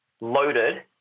loaded